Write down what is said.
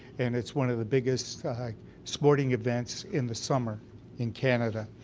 and it's one of the biggest sporting events in the summer in canada.